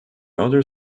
other